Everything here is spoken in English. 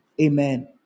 Amen